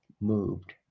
moved